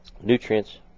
nutrients